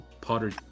Potter